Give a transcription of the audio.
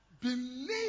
Believe